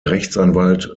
rechtsanwalt